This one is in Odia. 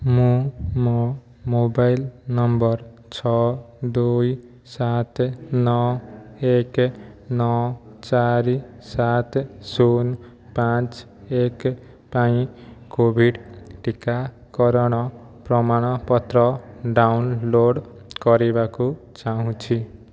ମୁଁ ମୋ ମୋବାଇଲ୍ ନମ୍ବର୍ ଛଅ ଦୁଇ ସାତେ ନଅ ଏକେ ନଅ ଚାରି ସାତେ ଶୂନ ପାଞ୍ଚ ଏକେ ପାଇଁ କୋଭିଡ଼୍ ଟିକାକରଣ ପ୍ରମାଣପତ୍ର ଡାଉନଲୋଡ଼୍ କରିବାକୁ ଚାହୁଁଛି